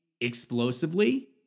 explosively